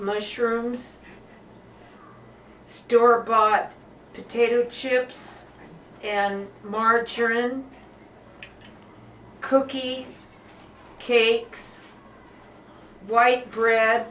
mushrooms store a bar potato chips and margarine cookies cakes white bread